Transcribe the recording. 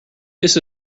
that